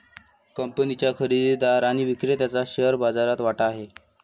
कंपनीच्या खरेदीदार आणि विक्रेत्याचा शेअर बाजारात वाटा आहे